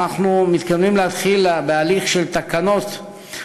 אנחנו מתכוונים להתחיל בהליך של התקנת תקנות